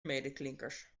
medeklinkers